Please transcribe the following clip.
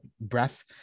breath